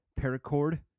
paracord